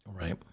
right